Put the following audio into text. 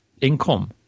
income